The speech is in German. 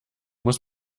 muss